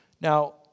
Now